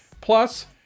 Plus